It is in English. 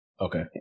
Okay